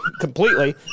completely